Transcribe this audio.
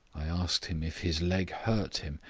i asked him if his leg hurt him.